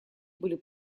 были